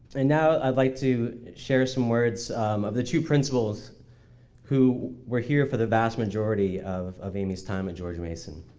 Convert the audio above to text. and now i'd like to share some words of the two principals who were here for the vast majority of of amy's time at george mason.